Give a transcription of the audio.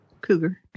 cougar